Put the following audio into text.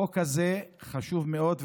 החוק הזה חשוב מאוד,